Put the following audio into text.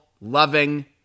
loving